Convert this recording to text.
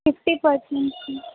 کتنے پرسینٹ کی